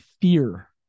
fear